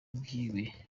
bwiwe